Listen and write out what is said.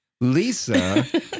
Lisa